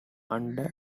under